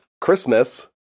Christmas